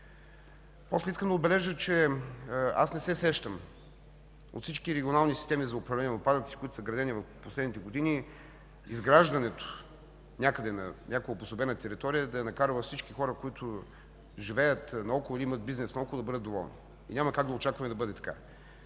освен това, че не се сещам от всички регионални системи за управление на отпадъците, градени през последните години, изграждането на някаква обособена територия да е накарало всички хора, които живеят и имат бизнес наоколо, да бъдат доволни. Няма как да очакваме да бъде така.